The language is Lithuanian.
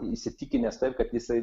įsitikinęs taip kad jisai